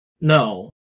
No